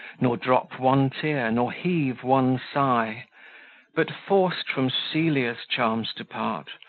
nor drop one tear, nor heave one sigh but forced from celia's charms to part,